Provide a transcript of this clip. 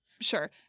sure